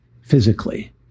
physically